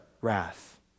wrath